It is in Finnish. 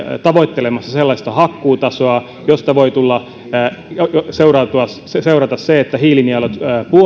tavoittelemassa sellaista hakkuutasoa josta voi seurata se että hiilinielut